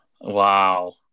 Wow